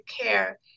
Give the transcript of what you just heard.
care